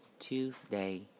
Tuesday